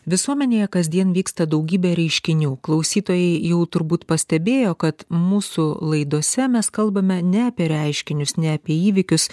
visuomenėje kasdien vyksta daugybė reiškinių klausytojai jau turbūt pastebėjo kad mūsų laidose mes kalbame ne apie reiškinius ne apie įvykius